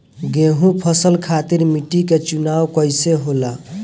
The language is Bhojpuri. गेंहू फसल खातिर मिट्टी के चुनाव कईसे होला?